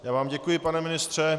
Já vám děkuji, pane ministře.